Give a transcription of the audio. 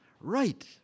right